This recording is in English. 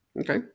okay